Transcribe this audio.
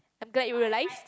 I'm glad you realised